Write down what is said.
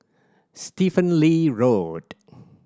Stephen Lee Road